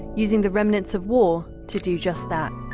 using the remnants of war to do just that.